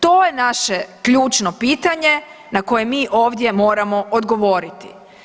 To je naše ključno pitanje na koje mi ovdje moramo odgovoriti.